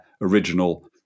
original